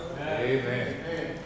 Amen